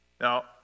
Now